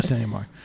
anymore